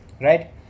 Right